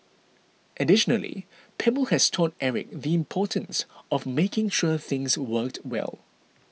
additionally Pebble has taught Eric the importance of making sure things worked well